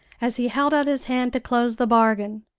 as he held out his hand to close the bargain.